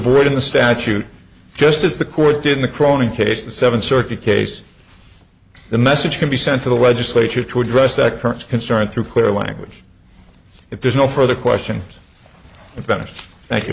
void in the statute just as the court did in the crowing case the seventh circuit case the message can be sent to the legislature to address the current concern through clear language if there's no further question about